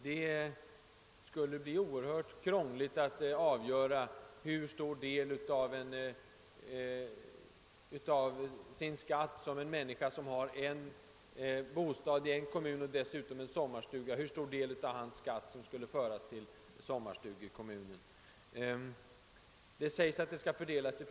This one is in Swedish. Det skulle bli oerhört krångligt att avgöra hur stor del av inkomstskatten som skall tillföras sommarstugekommunen, när en person har bostad i en kommun och sommarstuga i en annan kommun. I reservationen sägs att skatten skall fördelas mellan kommunerna i proportion till boendetiden.